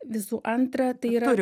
visų antra tai yra